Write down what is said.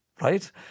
right